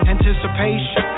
Anticipation